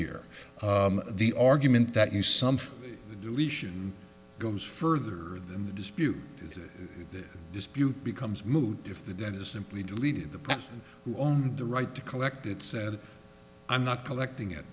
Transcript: here the argument that you somehow deletion goes further than the dispute dispute becomes moot if the debt is simply to lead on the right to collect it said i'm not collecting it